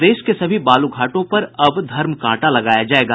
प्रदेश के सभी बालू घाटों पर अब धर्मकांटा लगाया जायेगा